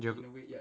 geo~